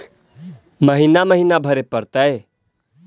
महिना महिना भरे परतैय?